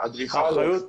אדריכל.